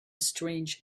strange